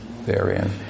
therein